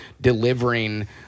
delivering